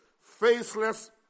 faceless